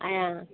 आया